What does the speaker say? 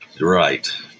right